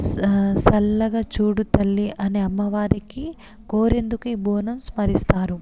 స చల్లగా చూడు తల్లి అని అమ్మవారికి కోరేందుకే బోనం స్మరిస్తారు